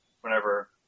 whenever